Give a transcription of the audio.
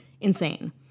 insane